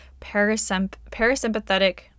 parasympathetic